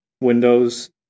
windows